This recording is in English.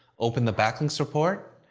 open the backlinks report,